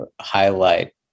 highlight